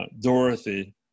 Dorothy